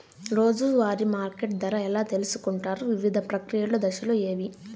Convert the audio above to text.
రోజూ వారి మార్కెట్ ధర ఎలా తెలుసుకొంటారు వివిధ ప్రక్రియలు దశలు ఏవి?